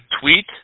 tweet